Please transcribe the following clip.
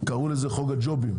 קראו לזה חוק הג'ובים,